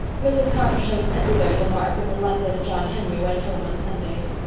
mrs. carter showed everybody the mark when the luckless john henry went home on sundays.